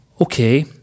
Okay